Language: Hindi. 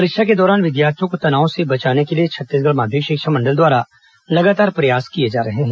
परीक्षा के दौरान विद्यार्थियों को तनाव से बचाने के लिए छत्तीसगढ़ माध्यमिक शिक्षा मंडल द्वारा लगातार प्रयास किए जा रहे हैं